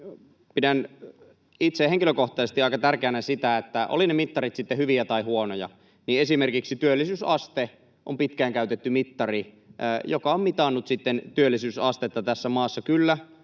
Pidän itse henkilökohtaisesti aika tärkeänä sitä, että olivat ne mittarit sitten hyviä tai huonoja, niin esimerkiksi työllisyysaste on pitkään käytetty mittari, joka on mitannut sitten työllisyysastetta tässä maassa. Kyllä,